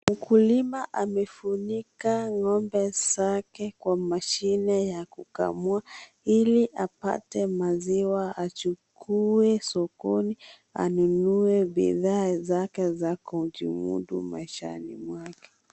Mkulima amefunika ngombe zake kwa mashine ya kukamua ili apate maziwa achukue sokoni anunue bidhaa zake za kujidumu maishani mwake.